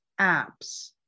apps